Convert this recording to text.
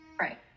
Right